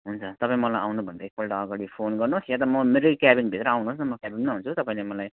हुन्छ तपाईँ मलाई आउनुभन्दा एकपल्ट अघाडि फोन गर्नुहोस् या त म मेरै क्याबिन भित्र आउनुहोस् न म क्याबिनमा हुन्छु तपाईँले मलाई